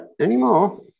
anymore